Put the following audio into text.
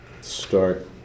start